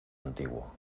antiguo